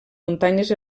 muntanyes